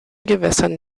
gewässern